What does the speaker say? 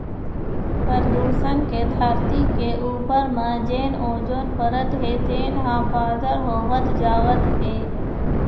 परदूसन के धरती के उपर म जेन ओजोन परत हे तेन ह पातर होवत जावत हे